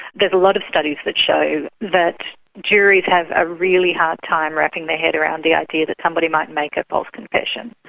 a lot of studies that show that juries have a really hard time wrapping their head around the idea that somebody might make a false confession.